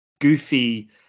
goofy